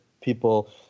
people